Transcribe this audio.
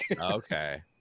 Okay